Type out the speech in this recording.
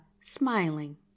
smiling